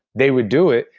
they would do it,